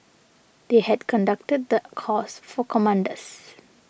they had conducted the course for commanders